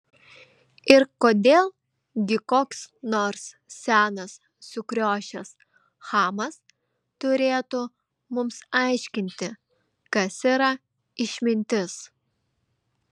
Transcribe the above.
ir kodėl gi koks nors senas sukriošęs chamas turėtų mums aiškinti kas yra išmintis